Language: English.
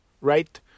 right